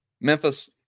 Memphis